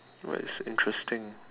what is interesting